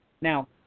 Now